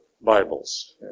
Bibles